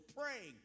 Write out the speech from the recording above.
praying